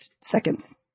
seconds